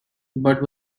but